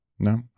No